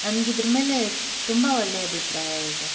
ನನ್ಗೆ ಇದರ ಮೇಲೆ ತುಂಬ ಒಳ್ಳೆಯ ಅಭಿಪ್ರಾಯ ಇದೆ